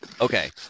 Okay